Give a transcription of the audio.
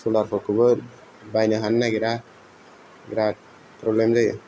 सलारफोरखौबो बायनो हानो नागिरा बिराद प्रब्लेम जायो